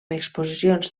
exposicions